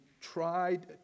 tried